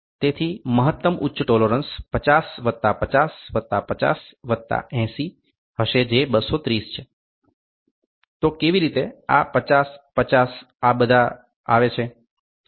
તેથી મહત્તમ ઉચ્ચ ટોલોરન્સ 50 વત્તા 50 વત્તા 50 વત્તા 80 હશે જે 230 છે તો કેવી રીતે આ 50 50 અને બધા આવે છે